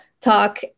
talk